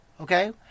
okay